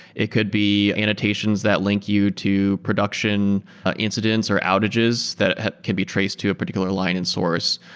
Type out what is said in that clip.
it could be annotations that link you to production incidents or outages that could be traced to a particular line and source.